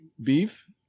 beef